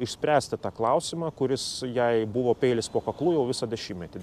išspręsti tą klausimą kuris jai buvo peilis po kaklu jau visą dešimtmetį